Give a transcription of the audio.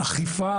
ואכיפה